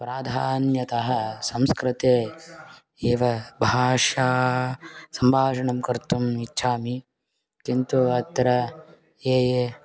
प्राधान्यतः संस्कृते एव भाषा सम्भाषणं कर्तुम् इच्छामि किन्तु अत्र ये ये